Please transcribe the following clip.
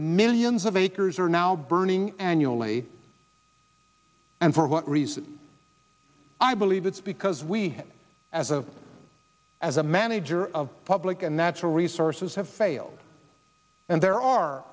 millions of acres are now burning annually and for what reason i believe it's because we as a as a manager of public and natural resources have failed and there are